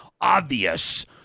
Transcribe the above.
obvious